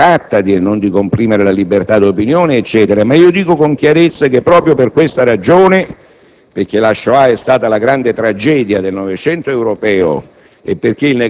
La *Shoah* è stata la grande tragedia del '900 europeo e il negazionismo è una vergogna. Proprio per questa ragione (ho visto che lei poi